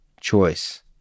choice